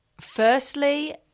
firstly